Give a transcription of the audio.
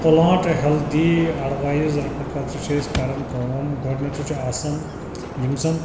plant healthy advise رَٹنہٕ خٲطرٕ چھِ أسۍ کران کٲم گۄڈٕنیٚتھٕے چھُ آسان یِم زَن